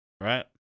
right